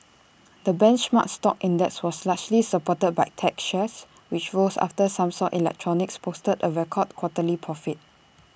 the benchmark stock index was largely supported by tech shares which rose after Samsung electronics posted A record quarterly profit